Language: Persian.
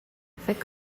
فکر